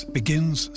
begins